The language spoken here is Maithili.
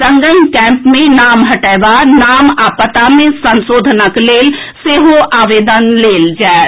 संगहि कैम्प मे नाम हटएबा नाम आ पता मे संशोधनक लेल सेहो आवेदन लेल जाएत